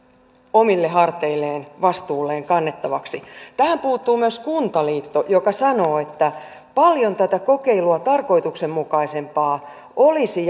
omille harteilleen vastuulleen kannettavaksi tähän puuttuu myös kuntaliitto joka sanoo että paljon tätä kokeilua tarkoituksenmukaisempaa olisi